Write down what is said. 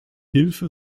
hilfe